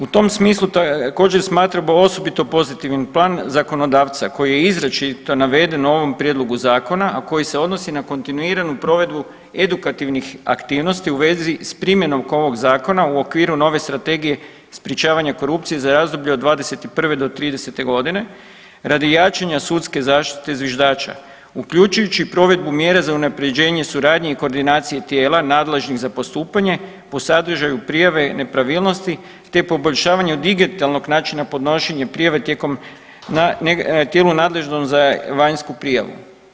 U tom smislu također smatramo osobito pozitivnim plan zakonodavca koji je izričito naveden u ovom prijedlogu zakona, a koji se odnosi na kontinuiranu provedbu edukativnih aktivnosti u vezi s primjenom oko ovog zakona u okviru nove Strategije sprječavanje korupcije za razdoblje od '21. do '30.g. radi jačanja sudske zaštite zviždača uključujući i provedbu mjere za unaprjeđenje suradnje i koordinacije tijela nadležnim za postupanje po sadržaju prijave nepravilnosti, te poboljšavanju digitalnog načina podnošenje prijave tijekom, tijelu nadležnom za vanjsku prijavu.